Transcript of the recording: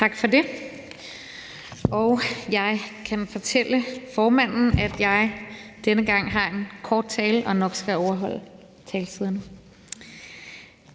Tak for det. Jeg kan fortælle formanden, at jeg denne gang har en kort tale og nok skal overholde taletiden,